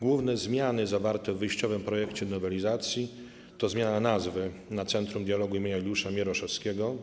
Główne zmiany zawarte w wyjściowym projekcie nowelizacji to zmiana nazwy na Centrum Dialogu im. Juliusza Mieroszewskiego.